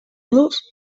los